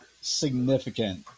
significant